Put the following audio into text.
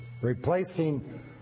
replacing